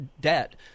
debt